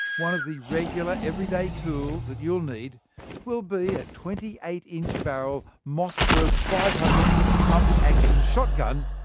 one of the regular everyday tools that you'll need will be a twenty eight inch barrel mossberg five hundred pump-action shotgun.